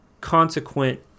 consequent